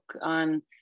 on